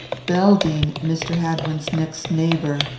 belding, mr. hadwin's next neighbour,